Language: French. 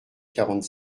quarante